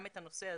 גם את הנושא הזה.